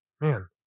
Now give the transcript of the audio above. Man